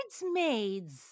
Bridesmaids